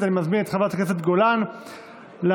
אבל